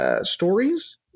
stories